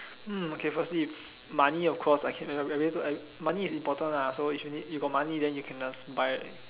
hmm okay firstly money of course money is important ah so if you need you got money then you can just buy